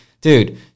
Dude